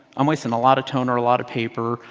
i'm wasting a lot of toner, a lot of paper.